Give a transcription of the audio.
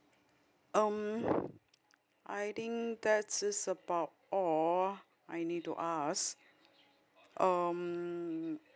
um I think that is about all I need to ask um